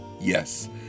Yes